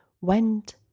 went